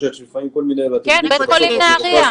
בית חולים נהריה,